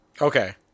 Okay